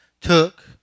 took